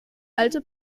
alte